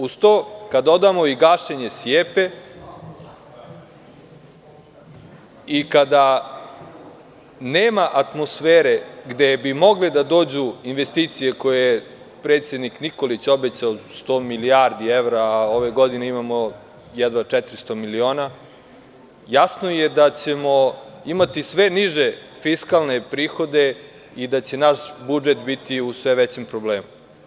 Uz to, kad dodamo i gašenje „SIEPA“ i kada nema atmosfere gde bi mogle da dođu koje je predsednik Nikolić obećao, 100 milijardi evra, a ove godine imamo jedva 400 miliona, jasno je da ćemo imati sve niže fiskalne prihode i da će naš budžet biti u sve većem problemu.